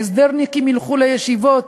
ההסדרניקים ילכו לצבא,